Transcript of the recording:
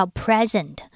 present